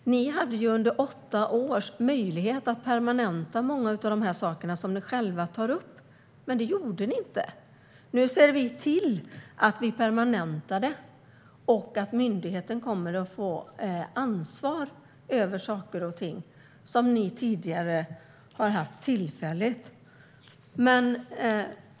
Ni hade under åtta år möjlighet att permanenta många av de saker som ni själva tar upp, Désirée Pethrus, men det gjorde ni inte. Nu ser vi till att de permanentas och att myndigheten får ansvar över saker och ting som ni tidigare har haft tillfälligt.